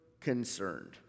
concerned